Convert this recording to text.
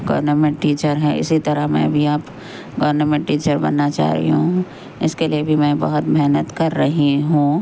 government teacher ہے اسی طرح میں بھی اب گورنمنٹ ٹیچر بننا چاہ رہی ہوں اس کے لیے بھی میں بہت محنت کر رہی ہوں